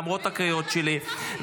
למרות הקריאות שלי,